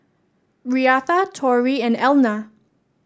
Reatha Torrie and Elna